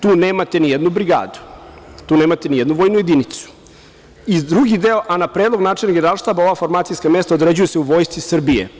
Tu nemate nijednu brigadu, tu nemate nijednu vojnu jedinicu i drugi deo, a na predlog načelnika Generalštaba ova formacijska mesta određuju se u Vojsci Srbije.